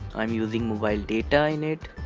i'm using mobile data in it